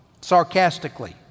sarcastically